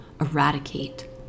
Eradicate